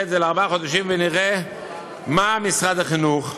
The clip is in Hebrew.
את זה בארבעה חודשים ונראה מה משרד החינוך,